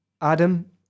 Adam